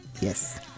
Yes